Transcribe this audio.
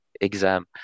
exam